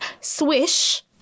swish